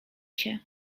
się